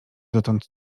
dotąd